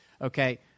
okay